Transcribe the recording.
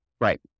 Right